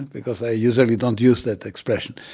because i usually don't use that expression.